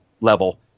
level